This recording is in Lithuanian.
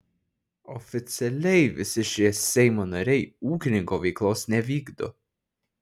oficialiai visi šie seimo nariai ūkininko veiklos nevykdo